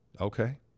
Okay